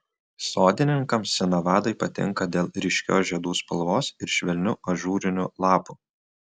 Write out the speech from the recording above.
sodininkams sinavadai patinka dėl ryškios žiedų spalvos ir švelnių ažūrinių lapų